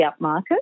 upmarket